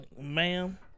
Ma'am